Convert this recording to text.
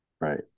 right